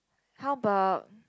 how about